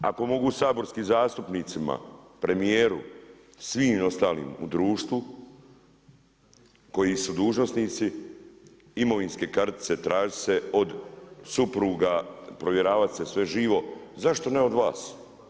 Ako mogu saborskim zastupnicima, premijeru, svim ostalim u društvu koji su dužnosnici imovinske kartice tražit se od supruga, provjeravat se sve živo, zašto ne od vas?